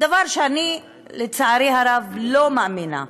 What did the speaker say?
דבר שאני, לצערי הרב, לא מאמינה בו,